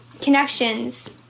connections